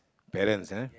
parents ah